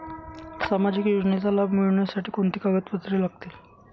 सामाजिक योजनेचा लाभ मिळण्यासाठी कोणती कागदपत्रे लागतील?